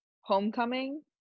homecoming